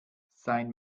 sein